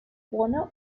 warner